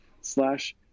slash